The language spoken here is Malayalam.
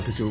വധിച്ചു